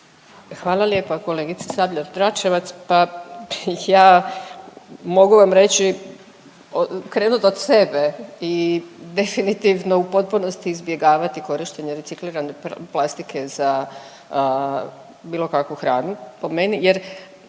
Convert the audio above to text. Hvala lijepa kolegice Sabljar Dračevac. Pa ja mogu vam reći, krenut od sebe i definitivno u potpunosti izbjegavati korištenje reciklirane plastike za bilo kakvu hranu po meni